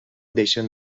deixen